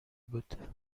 بود